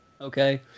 Okay